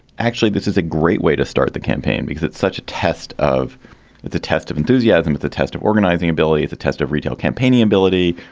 actually, this is a great way to start the campaign because it's such test of the test of enthusiasm at the test of organizing ability, the test of retail campaigning ability.